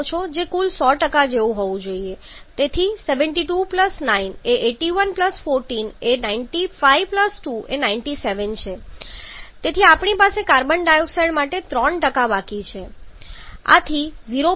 તેથી 72 9 એ 81 14 એ 95 2 એ 97 છે તેથી આપણી પાસે કાર્બન ડાયોક્સાઇડ માટે 3 બાકી 0